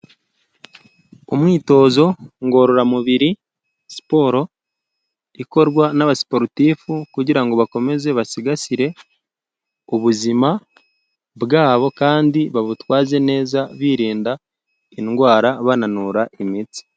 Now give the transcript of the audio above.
Umwitozo ngororamubiri siporo ikorwa n'abasiporutifu kugira ngo bakomeze basigasire ubuzima bwabo kandi babutwaze neza birinda indwara bananura imitsi.